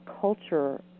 culture